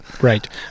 Right